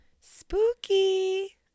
Spooky